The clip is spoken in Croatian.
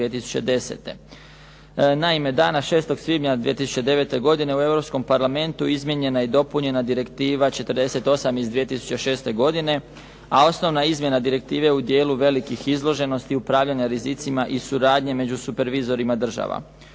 Naime, dana 6. svibnja 2009. u Europskom parlamentu izmijenjena je i dopunjena Direktiva 48 iz 2006. godine a osnovna izmjena direktive u dijelu velikih izloženosti upravljanja rizicima i suradnje među supervizorima država.